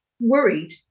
worried